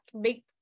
big